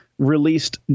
Released